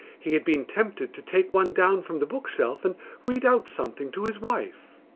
he had been tempted to take one down from the bookshelf and read out something to his wife.